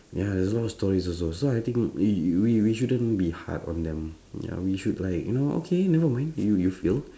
ya there's no stories also so I think we we we shouldn't be hard on them mm ya we should like you know okay never mind you you failed